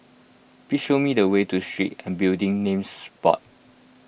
please show me the way to Street and Building Names Board